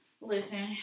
listen